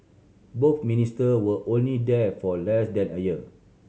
both Minister were only there for less than a year